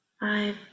five